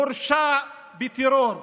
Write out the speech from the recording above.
מורשע בטרור.